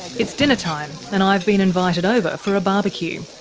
it's dinnertime and i've been invited over for a barbeque.